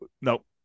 Nope